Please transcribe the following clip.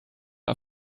are